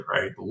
right